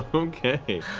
ah okay.